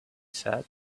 said